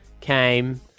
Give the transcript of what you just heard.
came